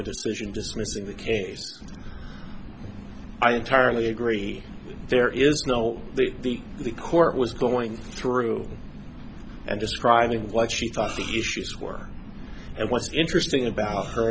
decision dismissing the case i entirely agree there is no the the court was going through and describing what she thought the issues were and what's interesting about her